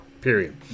Period